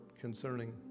concerning